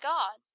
God